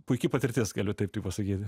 puiki patirtis galiu taip tik pasakyti